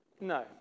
No